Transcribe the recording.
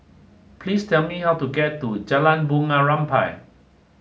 please tell me how to get to Jalan Bunga Rampai